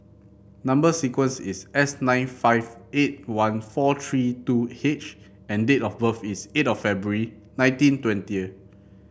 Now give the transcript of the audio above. number sequence is S nine five eight one four three two H and date of birth is eight of February nineteen twenty